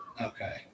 Okay